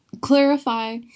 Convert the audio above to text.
clarify